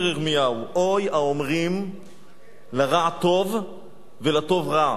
ירמיהו: "הוי האֹמרים לרע טוב ולטוב רע,